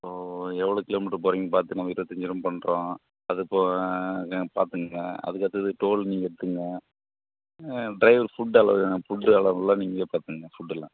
ஓ எவ்வளோ கிலோமீட்ரு போறீங்கன்னு பார்த்து நம்ம இருபத்தஞ்சிருவான்னு பண்ணுறோம் அதுப்போக பார்த்துக்குங்க அதுக்கடுத்தது டோல் நீங்கள் எடுத்துக்குங்க ட்ரைவர் ஃபுட் அலோ ஃபுட்டு அலவெல்லாம் நீங்களே பார்த்துக்குங்க ஃபுட்டெல்லாம்